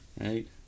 Right